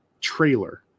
trailer